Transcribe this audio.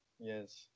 yes